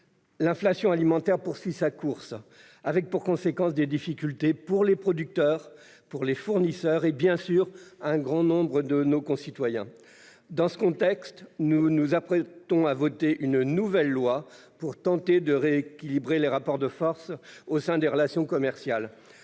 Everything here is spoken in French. l'inflation alimentaire poursuit sa course, avec pour conséquence des difficultés pour les producteurs, les fournisseurs et, bien sûr, un grand nombre de nos concitoyens. Dans ce contexte, nous nous apprêtons à voter une nouvelle loi pour tenter de rééquilibrer les rapports de force au sein de ces relations commerciales.